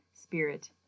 spirit